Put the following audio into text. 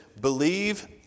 Believe